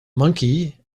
monkey